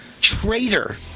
traitor